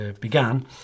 began